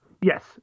Yes